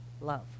love